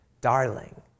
darling